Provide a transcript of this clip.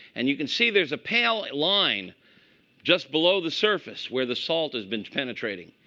and you can see there's a pale line just below the surface where the salt has been penetrating.